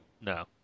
No